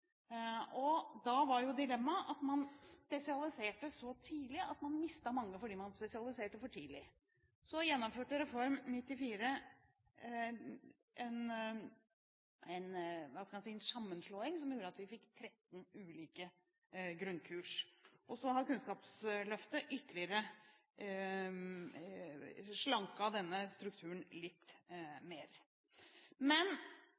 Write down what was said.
Da var jo dilemmaet at man spesialiserte så tidlig at man mistet mange, nettopp fordi man spesialiserte for tidlig. Så gjennomførte vi i Reform 94 en – hva skal man si – sammenslåing, som gjorde at vi fikk 13 ulike grunnkurs. Kunnskapsløftet har slanket denne strukturen ytterligere. Men